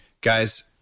Guys